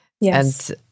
Yes